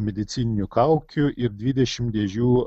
medicininių kaukių ir dvidešimt dėžių